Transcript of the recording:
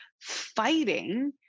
fighting